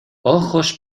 ojos